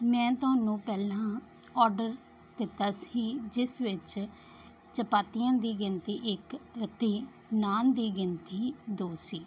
ਮੈਂ ਤੁਹਾਨੂੰ ਪਹਿਲਾਂ ਓਡਰ ਦਿੱਤਾ ਸੀ ਜਿਸ ਵਿੱਚ ਚਪਾਤੀਆਂ ਦੀ ਗਿਣਤੀ ਇੱਕ ਅਤੇ ਨਾਨ ਦੀ ਗਿਣਤੀ ਦੋ ਸੀ